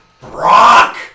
Brock